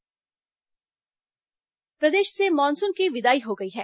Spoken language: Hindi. मौसम प्रदेश से मानसून की विदाई हो गई है